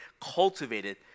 cultivated